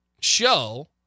show